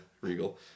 Regal